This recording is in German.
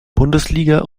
bundesliga